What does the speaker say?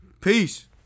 Peace